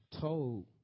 told